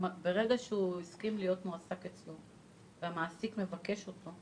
ברגע שהוא הסכים להיות מועסק והמעסיק מבקש אותו,